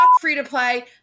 free-to-play